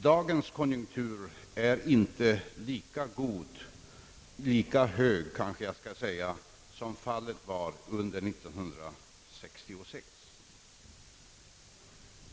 Dagens konjunktur är inte lika hög som fallet var under 1966.